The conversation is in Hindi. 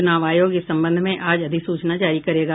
चुनाव आयोग इस संबंध में आज अधिसूचना जारी करेगा